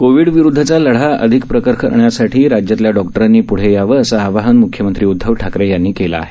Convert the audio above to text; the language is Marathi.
कोविड विरुदधचा लढा अधिक प्रखर करण्यासाठी राज्यातल्या डॉक्टरांनी पृढं यावं असं आवाहन म्ख्यमंत्री उद्धव ठाकरे यांनी केलं आहे